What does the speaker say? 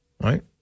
Right